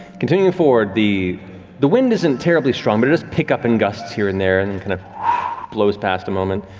continuing forward, the the wind isn't terribly strong, but it does pick up in gusts here and there and kind of blows past a moment.